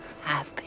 happy